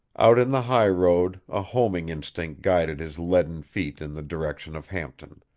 out in the highroad, a homing instinct guided his leaden feet in the direction of hampton.